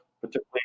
particularly